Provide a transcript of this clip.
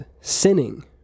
sinning